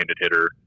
hitter